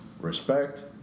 Respect